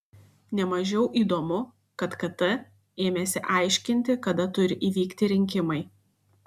ne mažiau įdomu kad kt ėmėsi aiškinti kada turi įvykti rinkimai